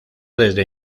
desde